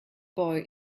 boy